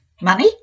money